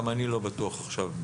גם אני לא בטוח עכשיו,